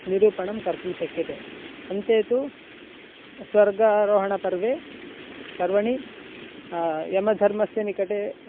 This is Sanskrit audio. निरूपणं कर्तुं शक्यते अन्ते तु स्वर्गारोहणपर्वे पर्वणि यमधर्मस्य निकटे